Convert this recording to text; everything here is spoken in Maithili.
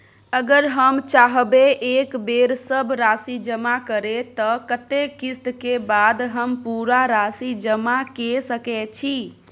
अगर हम चाहबे एक बेर सब राशि जमा करे त कत्ते किस्त के बाद हम पूरा राशि जमा के सके छि?